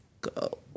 go